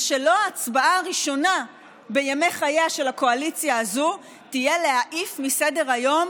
ושלא ההצבעה הראשונה בימי חייה של הקואליציה הזאת תהיה להעיף מסדר-היום